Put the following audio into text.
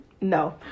No